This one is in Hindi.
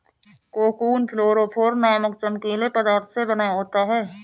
कोकून फ्लोरोफोर नामक चमकीले पदार्थ का बना होता है